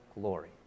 glory